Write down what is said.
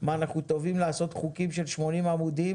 מה אנחנו טובים לעשות חוקים של 80 עמודים